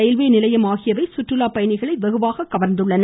railway நிலையம் ஆகியவை சுற்றுலா பயணிகளை வெகுவாக கவா்ந்துள்ளன